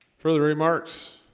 further remarks